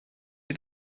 mit